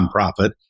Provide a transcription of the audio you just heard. nonprofit